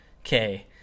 okay